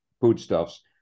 foodstuffs